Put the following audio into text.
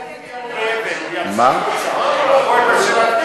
הוא יצא החוצה,